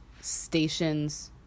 stations